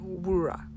Wura